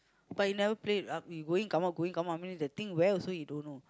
but he never play uh we go in come out go in come out meaning the thing where also he don't know